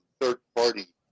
third-party